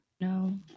no